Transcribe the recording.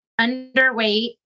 underweight